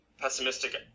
pessimistic